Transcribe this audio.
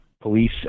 police